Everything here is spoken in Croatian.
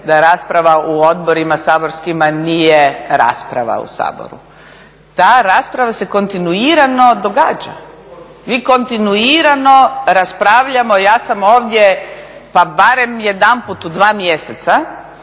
da rasprava u odborima saborskima nije rasprava u Saboru. Ta rasprava se kontinuirano događa. Mi kontinuirano raspravljamo, ja sam ovdje pa barem jedanput u dva mjeseca